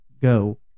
go